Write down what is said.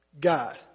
God